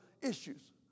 issues